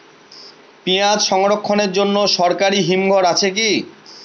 পিয়াজ সংরক্ষণের জন্য সরকারি হিমঘর আছে কি?